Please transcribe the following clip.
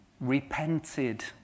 repented